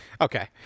Okay